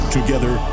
Together